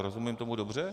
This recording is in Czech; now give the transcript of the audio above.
Rozumím tomu dobře?